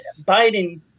Biden